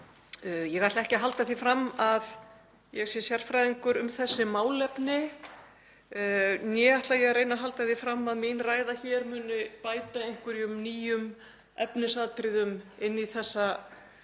Ég ætla ekki að halda því fram að ég sé sérfræðingur um þessi málefni og ekki ætla ég heldur að reyna að halda því fram að ræða mín hér muni bæta einhverjum nýjum efnisatriðum inn í þessa